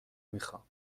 میخوام